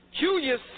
Julius